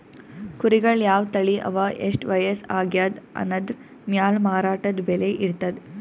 ಕುರಿಗಳ್ ಯಾವ್ ತಳಿ ಅವಾ ಎಷ್ಟ್ ವಯಸ್ಸ್ ಆಗ್ಯಾದ್ ಅನದ್ರ್ ಮ್ಯಾಲ್ ಮಾರಾಟದ್ ಬೆಲೆ ಇರ್ತದ್